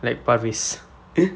like parves